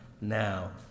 now